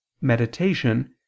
meditation